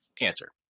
answer